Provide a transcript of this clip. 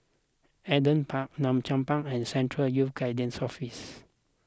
Adam Park Malcolm Park and Central Youth Guidance Office